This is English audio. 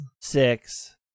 Six